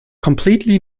completely